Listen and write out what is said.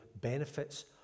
benefits